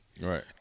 Right